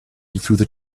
through